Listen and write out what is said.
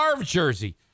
jersey